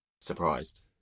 surprised